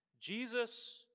Jesus